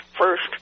first